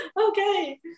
Okay